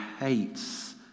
hates